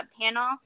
panel